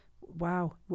Wow